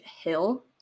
hill